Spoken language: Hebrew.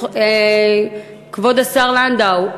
כבוד השר לנדאו,